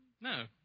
No